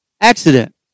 accident